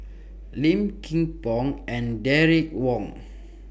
Low Kim Pong and Derek Wong